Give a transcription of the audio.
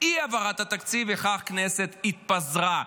לאי-העברת התקציב, וכך הכנסת התפזרה.